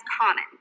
common